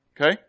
Okay